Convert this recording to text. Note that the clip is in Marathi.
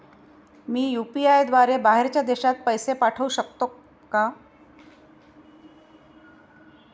मी यु.पी.आय द्वारे बाहेरच्या देशात पैसे पाठवू शकतो का?